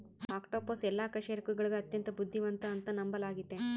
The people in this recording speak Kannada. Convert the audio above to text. ಆಕ್ಟೋಪಸ್ ಎಲ್ಲಾ ಅಕಶೇರುಕಗುಳಗ ಅತ್ಯಂತ ಬುದ್ಧಿವಂತ ಅಂತ ನಂಬಲಾಗಿತೆ